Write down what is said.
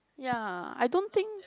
ya I don't think